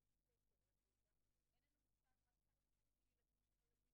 לסדר היום: בדיקות HIV לנשים בהריון.